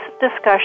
discussion